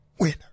winner